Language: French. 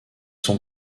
son